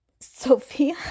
Sophia